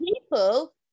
people